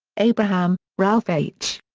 abraham, ralph h.